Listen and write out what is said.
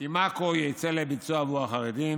אם עכו תצא לביצוע עבור החרדים,